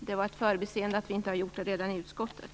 Det var ett förbiseende att vi inte gjorde det redan i utskottet.